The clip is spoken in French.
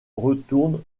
retourne